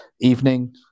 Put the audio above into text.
evening